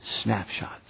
snapshots